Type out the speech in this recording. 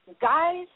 Guys